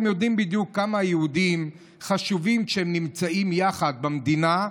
הם יודעים בדיוק כמה היהודים הם חשובים כשהם נמצאים יחד במדינה.